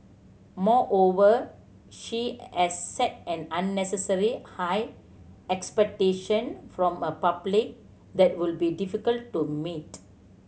moreover she as set an unnecessary high expectation from a public that would be difficult to meet